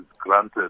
granted